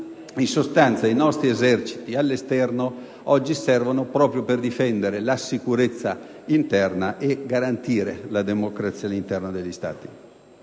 i nostri eserciti all'estero oggi servono proprio per garantire la sicurezza interna e la democrazia all'interno degli Stati.